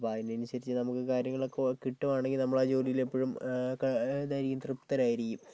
അപ്പോൾ അതിനനുസരിച്ച് നമുക്ക് കാര്യങ്ങളൊക്കേ ഒ കിട്ടുവാണെങ്കിൽ നമ്മളാ ജോലിയിൽ എപ്പോഴും ക ഇതായിരിക്കും തൃപ്തരായിരിക്കും